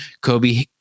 Kobe